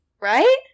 right